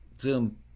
Zoom